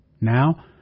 Now